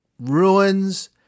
ruins